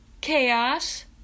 chaos